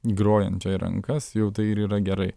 grojančio į rankas jau tai ir yra gerai